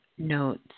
Notes